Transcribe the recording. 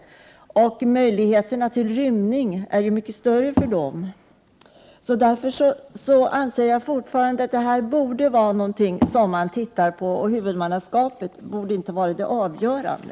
Möjligheter till rymning för sådana personer är mycket större. Därför anser jag fortfarande att man bör se på reglerna. Huvudmannaskap borde inte vara det avgörande.